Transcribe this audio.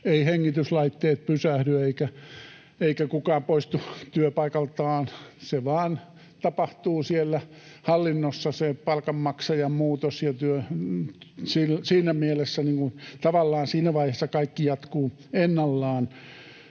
hengityslaitteet eivät pysähdy eikä kukaan poistu työpaikaltaan. Se vain tapahtuu siellä hallinnossa se palkanmaksajan muutos, ja tavallaan siinä vaiheessa kaikki jatkuu ennallaan.